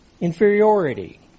inferiority